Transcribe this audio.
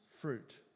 fruit